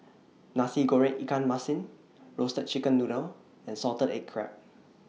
Nasi Goreng Ikan Masin Roasted Chicken Noodle and Salted Egg Crab